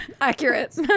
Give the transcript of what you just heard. Accurate